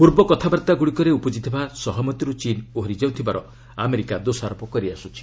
ପୂର୍ବ କଥାବାର୍ତ୍ତାଗୁଡ଼ିକରେ ଉପୁଜିଥିବା ସହମତିରୁ ଚୀନ୍ ଓହରି ଯାଉଥିବାର ଆମେରିକା ଦୋଷାରୋପ କରି ଆସିଛି